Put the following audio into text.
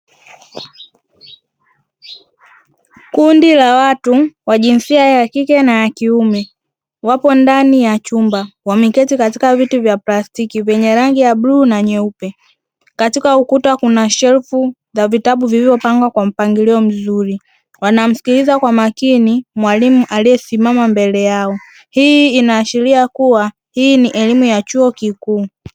Kundi la watu wa jinsia ya kike na ya kiume wapo ndani ya chumba wameketi katika viti vya plastiki vyenye rangi ya bluu na nyeupe. Katika ukuta kuna shelfu za vitabu vilivyopangwa kwa mpangilio mzuri, wanamsikiliza kwa makini mwalimu aliyesimama mbele yao. Hii inaashiria kuwa hii ni elimu ya chuo kikuu.